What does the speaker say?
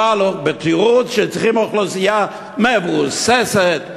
אבל בתירוץ שצריכים אוכלוסייה מבוססת,